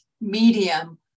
medium